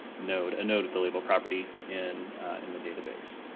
node. a node at the label property in in the database.